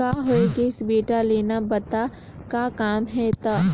का होये गइस बेटा लेना बता का काम हे त